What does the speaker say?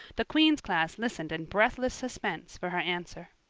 the queen's class listened in breathless suspense for her answer.